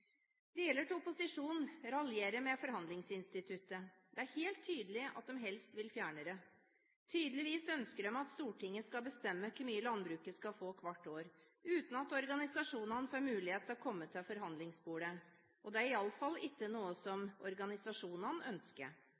Deler av opposisjonen raljerer med forhandlingsinstituttet, og det er helt tydelig at de helst vil fjerne det. Tydeligvis ønsker de at Stortinget skal bestemme hvor mye landbruket skal få hvert år, uten at organisasjonene får mulighet til å komme til forhandlingsbordet, og dette er i alle fall ikke noe organisasjonene ønsker. Det er viktig å huske at vi i